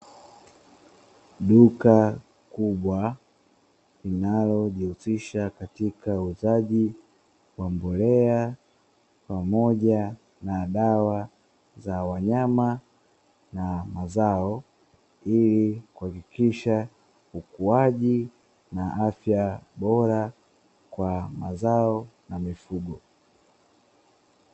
Duka kubwa linalojihusisha katika uuzaji wa mbolea pamoja na dawa za wanyama na mazao, ili kuhakikisha ukuaji na afya bora kwa mazao na mifugo.